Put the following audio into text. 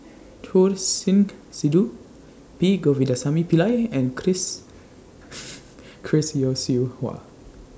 Choor Singh Sidhu P Govindasamy Pillai and Chris Chris Yeo Siew Hua